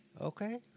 Okay